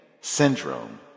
syndrome